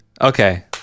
Okay